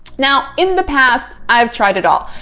now in the past i've tried it all.